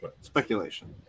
speculation